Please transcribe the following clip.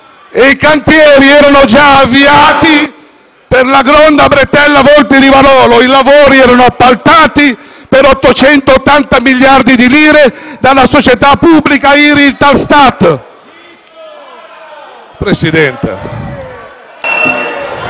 e i cantieri erano già avviati per la Gronda, bretella Voltri-Rivarolo ed erano appaltati per 880 miliardi di lire dalla società pubblica IRI-Italstat. *(Commenti